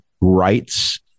rights